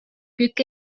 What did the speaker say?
quick